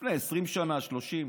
לפני 20 שנה, 30 שנה,